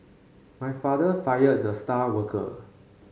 my father fired the star worker